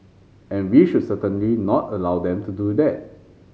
and we should certainly not allow them to do that